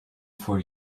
for